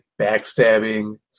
backstabbing